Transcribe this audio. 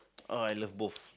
oh I love both